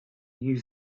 use